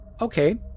Okay